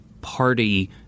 Party